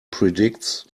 predicts